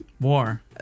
War